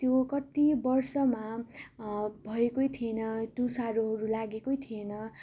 त्यो कति वर्षमा भएकै थिएन तुसारोहरू लागेकै थिएन